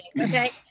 Okay